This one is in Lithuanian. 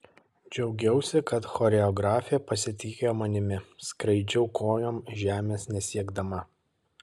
džiaugiausi kad choreografė pasitikėjo manimi skraidžiau kojom žemės nesiekdama